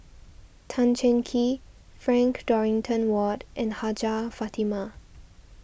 Tan Cheng Kee Frank Dorrington Ward and Hajjah Fatimah